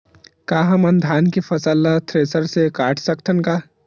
का हमन धान के फसल ला थ्रेसर से काट सकथन का?